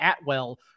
atwell